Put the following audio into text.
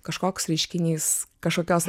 kažkoks reiškinys kažkokios